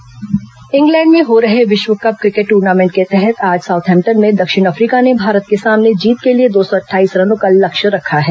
विश्व cup cricket England में हो रहे विश्व कप क्रिकेट ट्र्नामेंट के तहत आज साउथैम्पटन में दक्षिण अफ्रीका ने भारत के सामने जीत के लिए दो सौ अट्ठाईस रनों का लक्ष्य रखा है